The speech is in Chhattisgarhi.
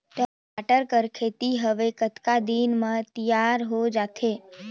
टमाटर कर खेती हवे कतका दिन म तियार हो जाथे?